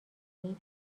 تصاویر